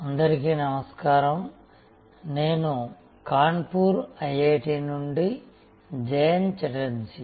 అందరికీ నమస్కారం నేను కాన్పూర్ ఐఐటి నుండి జయంత ఛటర్జీ